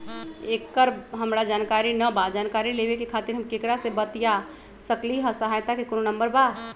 एकर हमरा जानकारी न बा जानकारी लेवे के खातिर हम केकरा से बातिया सकली ह सहायता के कोनो नंबर बा?